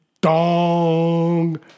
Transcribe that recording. dong